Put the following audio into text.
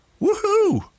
Woohoo